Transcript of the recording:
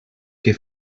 que